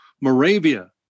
Moravia